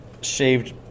shaved